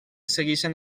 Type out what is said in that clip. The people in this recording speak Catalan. segueixen